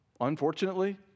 unfortunately